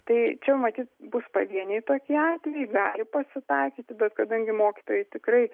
tai čia matyt bus pavieniai tokie atvejai gali pasitaikyti bet kadangi mokytojai tikrai